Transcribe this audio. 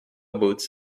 boots